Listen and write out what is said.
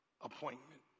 appointment